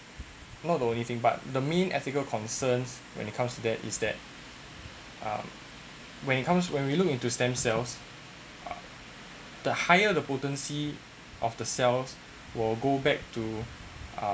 not the only thing but the main ethical concerns when it comes to them is that um when it comes when we look into stem cells the higher the potency of the cells will go back to